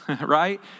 right